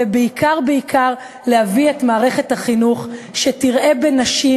ובעיקר-בעיקר להביא את מערכת החינוך, שתראה בנשים